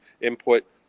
input